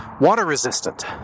water-resistant